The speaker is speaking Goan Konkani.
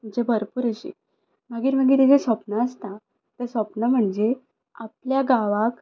म्हणजे भरपूर अशी मागीर मागीर तेच्या सोपनान आसता तेचें सोप्न म्हणजे आपल्या गांवाक